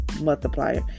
multiplier